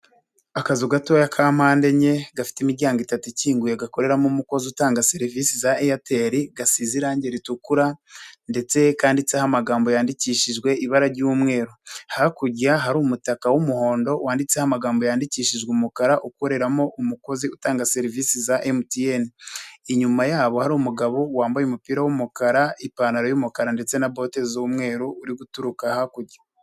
Akazu gatoya ka mpandeenye gafite imiryango itatu ikinguye gakoreramo umukozi utanga serivisi za Airtel, gasize irangi ritukura, ndetse kanditseho amagambo yandikishijwe ibara ry'umweru, hakurya hari umutaka w'umuhondo wanditseho amagambo yandikishijwe umukara ukoreramo umukozi utanga serivisi za MTN, inyuma yabo hari umugabo wambaye umupira w'umukara, ipantaro y'umukara ndetse na bote z'umweru uri guturuka hakurya.